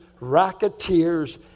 racketeers